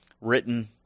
written